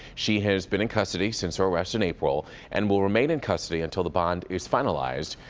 she has been in custody since her arrest in april and will remain in custody until the bond is finalized.